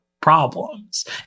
problems